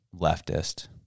leftist